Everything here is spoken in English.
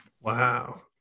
Wow